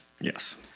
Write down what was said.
Yes